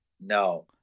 No